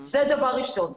דבר שני.